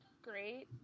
Great